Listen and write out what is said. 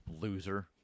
Loser